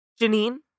Janine